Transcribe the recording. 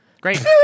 Great